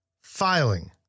filing